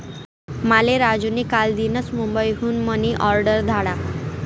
माले राजू नी कालदीनच मुंबई हुन मनी ऑर्डर धाडा